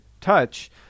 touch